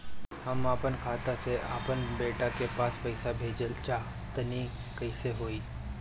हम आपन खाता से आपन बेटा के पास पईसा भेजल चाह तानि कइसे होई?